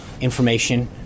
information